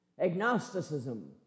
Agnosticism